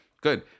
good